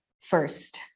first